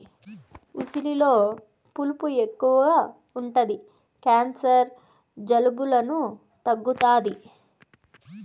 ఉసిరిలో పులుపు ఎక్కువ ఉంటది క్యాన్సర్, జలుబులను తగ్గుతాది